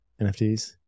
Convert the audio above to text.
NFTs